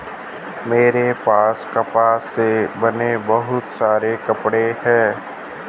मेरे पास कपास से बने बहुत सारे कपड़े हैं